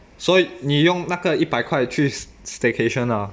所以你用那个一百块去 staycation lah